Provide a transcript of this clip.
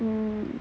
mmhmm